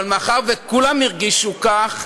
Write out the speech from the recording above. אבל מאחר שכולם הרגישו כך,